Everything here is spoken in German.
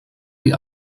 die